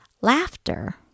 Laughter